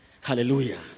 Hallelujah